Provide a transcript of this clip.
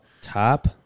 top